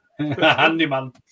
handyman